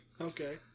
Okay